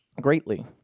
Greatly